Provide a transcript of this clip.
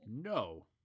No